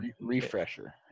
refresher